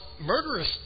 murderous